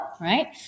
right